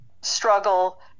struggle